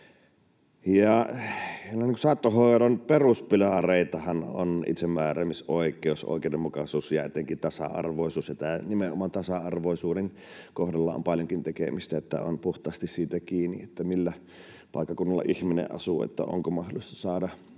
Saattohoidon peruspilareitahan on itsemääräämisoikeus, oikeudenmukaisuus ja etenkin tasa-arvoisuus. Nimenomaan tasa-arvoisuuden kohdalla on paljonkin tekemistä; on puhtaasti kiinni siitä, millä paikkakunnalla ihminen asuu, onko mahdollista saada